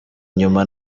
inyuma